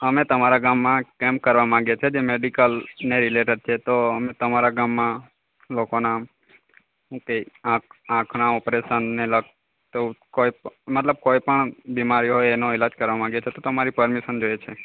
અમે તમારા ગામમાં કેમ્પ કરવા માંગીએ છે જે મેડિકલને રિલેટેડ છે તો તમારા ગામમાં લોકોના શું કે આંખના ઓપરેશનને લગતું કોઈ મતલબ કોઈપણ બીમારી હોય એનો ઈલાજ કરવા માંગીએ છે તો તમારી પરમિશન જોઈએ છે